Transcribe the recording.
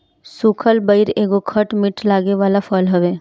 सुखल बइर एगो खट मीठ लागे वाला फल हवे